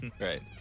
Right